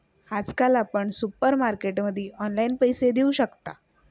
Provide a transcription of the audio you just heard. आजकाल आपण सुपरमार्केटमध्ये ऑनलाईन पैसे देऊ शकता